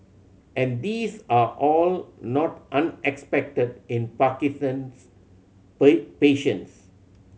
and these are all not unexpected in Parkinson's patients